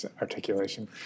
articulation